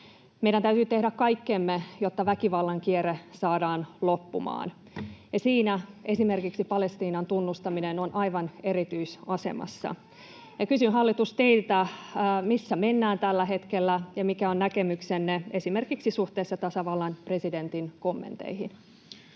Meidän täytyy tehdä kaikkemme, jotta väkivallan kierre saadaan loppumaan, ja siinä esimerkiksi Palestiinan tunnustaminen on aivan erityisasemassa. Kysyn, hallitus, teiltä: missä mennään tällä hetkellä, ja mikä on näkemyksenne esimerkiksi suhteessa tasavallan presidentin kommentteihin?